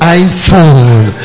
iPhone